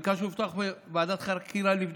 ביקשנו לפתוח ועדת חקירה לבדוק.